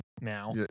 now